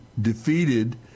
defeated